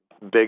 big